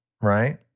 right